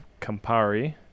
Campari